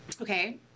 okay